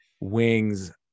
wings